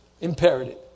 imperative